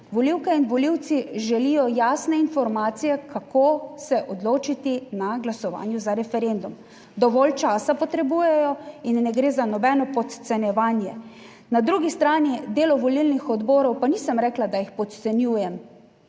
Volivke in volivci želijo jasne informacije, kako se odločiti na glasovanju za referendum. Dovolj časa potrebujejo in ne gre za nobeno podcenjevanje. Na drugi strani delo volilnih odborov, pa nisem rekla, da jih podcenjujem,